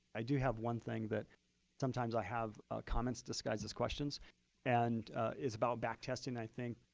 i do have one thing that sometimes i have comments disguised as questions and is about back testing, i think.